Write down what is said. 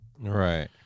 Right